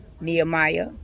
Nehemiah